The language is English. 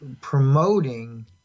promoting